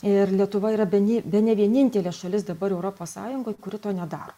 ir lietuva yra beni bene vienintelė šalis dabar europos sąjungoj kuri to nedaro